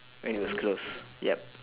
when it was closed yup